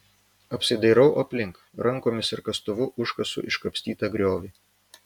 apsidairau aplink rankomis ir kastuvu užkasu iškapstytą griovį